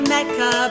Mecca